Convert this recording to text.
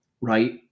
right